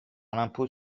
l’impôt